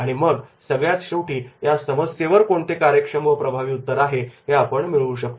आणि मग सगळ्यात शेवटी या समस्येवर कोणते कार्यक्षम व प्रभावी उत्तर आहे ते आपण मिळवू शकतो